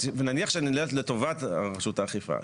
ונניח שנלך לטובת רשות האכיפה,